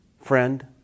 friend